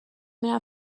میرم